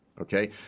Okay